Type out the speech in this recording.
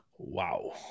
wow